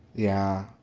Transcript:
yeah.